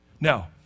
Now